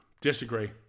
Disagree